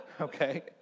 okay